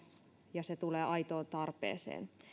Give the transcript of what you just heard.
ja se tulee aitoon tarpeeseen